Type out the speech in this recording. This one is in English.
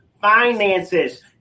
finances